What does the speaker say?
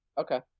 Okay